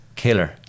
killer